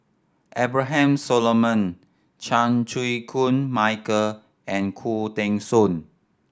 Abraham Solomon Chan Chew Koon Michael and Khoo Teng Soon